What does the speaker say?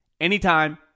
anytime